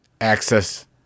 access